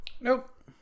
Nope